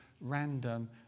random